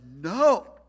no